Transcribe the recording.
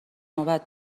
نوبت